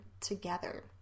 together